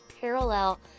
parallel